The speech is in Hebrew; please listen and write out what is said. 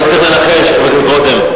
לא צריך לנחש, חבר הכנסת רותם.